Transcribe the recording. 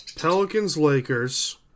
Pelicans-Lakers